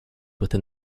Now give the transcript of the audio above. within